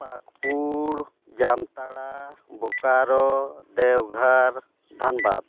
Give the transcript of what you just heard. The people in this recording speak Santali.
ᱯᱟᱹᱠᱩᱲ ᱡᱟᱢᱛᱟᱲᱟ ᱵᱳᱠᱟᱨᱳ ᱫᱮᱣᱜᱷᱟᱨ ᱫᱷᱟᱱᱵᱟᱫᱽ